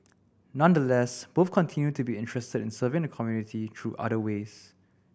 nonetheless both continue to be interested in serving the community through other ways